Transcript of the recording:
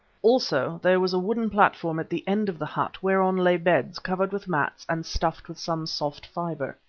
also there was a wooden platform at the end of the hut whereon lay beds covered with mats and stuffed with some soft fibre.